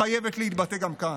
חייבת להתבטא גם כאן.